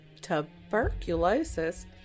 tuberculosis